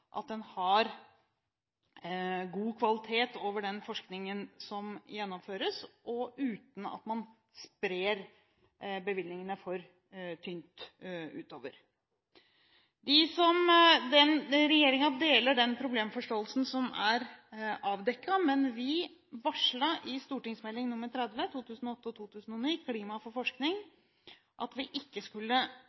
god kvalitet i den forskningen som gjennomføres, uten at man sprer bevilgningene for tynt utover. Regjeringen deler den problemforståelsen som er avdekket, men vi varslet i St.meld. nr. 30 for 2008–2009, Klima for forskning, at vi ikke skulle